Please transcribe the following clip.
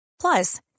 Plus